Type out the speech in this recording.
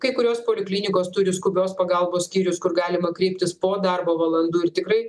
kai kurios poliklinikos turi skubios pagalbos skyrius kur galima kreiptis po darbo valandų ir tikrai